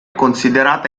considerata